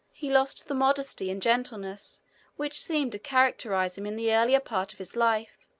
he lost the modesty and gentleness which seemed to characterize him in the earlier part of his life,